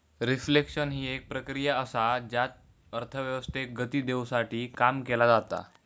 reflection हि एक प्रक्रिया असा ज्यात अर्थव्यवस्थेक गती देवसाठी काम केला जाता